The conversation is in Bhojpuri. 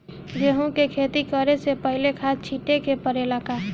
गेहू के खेती करे से पहिले खाद छिटे के परेला का?